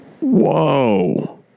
Whoa